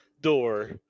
door